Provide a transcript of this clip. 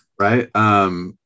right